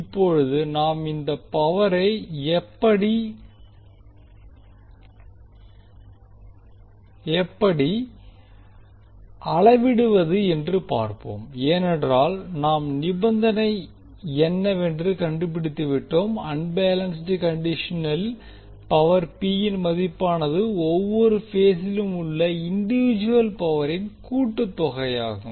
இப்போது நாம் இந்த பவரை எப்படி அளவிடுவது என்று பார்ப்போம் ஏனென்றால் நாம் நிபந்தனை என்னவென்று கண்டுபிடித்துவிட்டோம் அன்பேலன்ஸ்ட் கண்டிஷனில் பவர் P ன் மதிப்பானது ஒவ்வொரு பேசிலும் உள்ள இண்டிவிட்ஜுவல் பவரின் கூட்டு தொகையாகும்